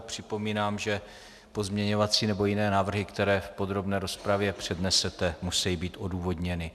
Připomínám, že pozměňovací nebo jiné návrhy, které v podrobné rozpravě přednesete, musejí být odůvodněny.